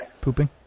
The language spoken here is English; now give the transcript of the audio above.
Pooping